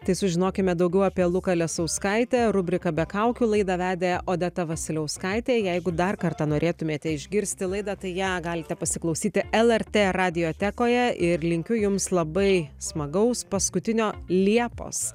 tai sužinokime daugiau apie luką lesauskaitę rubrika be kaukių laidą vedė odeta vasiliauskaitė jeigu dar kartą norėtumėte išgirsti laidą tai ją galite pasiklausyti lrt radiotekoje ir linkiu jums labai smagaus paskutinio liepos